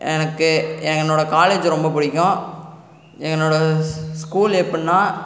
எனக்கு என்னோட காலேஜ் ரொம்ப பிடிக்கும் என்னோட ஸ்கூல் எப்படின்னா